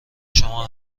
شما